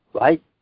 Right